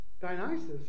Dionysus